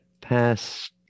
past